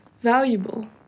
valuable